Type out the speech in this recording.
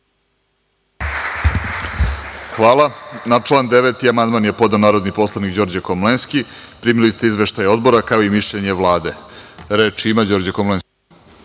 Hvala. Na član 9. amandman je podneo narodni poslanik Đorđe Komlenski. Primili ste izveštaj Odbora, kao i mišljenje Vlade. Reč ima Đorđe Komlenski.